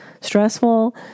stressful